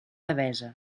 devesa